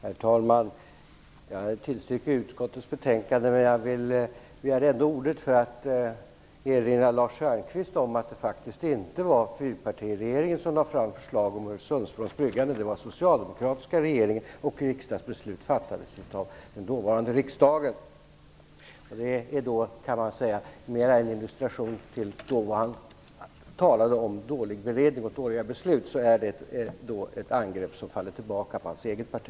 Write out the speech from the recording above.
Herr talman! Jag tillstyrker utskottets hemställan, men jag begärde ändå ordet för att erinra Lars Stjernkvist om att det faktiskt inte var fyrpartiregeringen som lade fram förslaget om Öresundsbrons byggande. Det var den socialdemokratiska regeringen, och beslutet fattades av den dåvarande riksdagen. När föregående talare talade om dålig beredning och dåliga beslut är detta ett angrepp som faller tillbaka på hans eget parti.